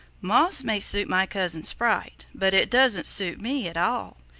moss may suit my cousin sprite, but it doesn't suit me at all.